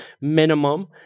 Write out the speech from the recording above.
minimum